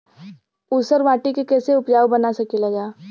ऊसर माटी के फैसे उपजाऊ बना सकेला जा?